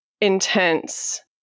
intense